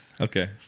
Okay